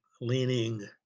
leaning